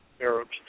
Arabs